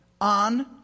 on